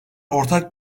ortak